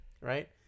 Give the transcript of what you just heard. right